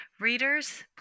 Readers